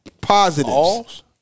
positives